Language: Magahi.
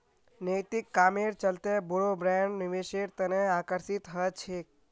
नैतिक कामेर चलते बोरो ब्रैंड निवेशेर तने आकर्षित ह छेक